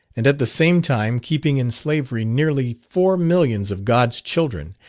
and at the same time keeping in slavery nearly four millions of god's children,